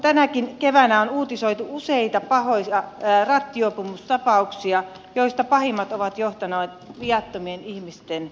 tänäkin keväänä on uutisoitu useita pahoja rattijuopumustapauksia joista pahimmat ovat johtaneet viattomien ihmisten kuolemaan